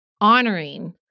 honoring